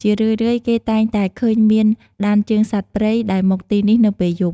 ជារឿយៗគេតែងតែឃើញមានដានជើងសត្វព្រៃ ដែលមកទីនេះនៅពេលយប់។